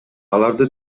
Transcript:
аларды